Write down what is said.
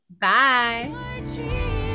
Bye